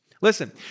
Listen